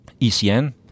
ECN